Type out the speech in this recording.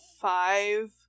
five